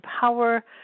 power